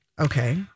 okay